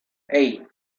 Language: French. hey